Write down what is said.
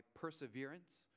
perseverance